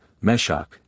Meshach